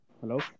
Hello